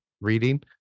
reading